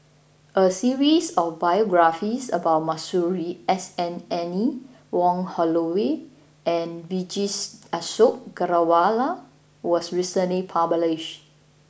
a series of biographies about Masuri S N Anne Wong Holloway and Vijesh Ashok Ghariwala was recently published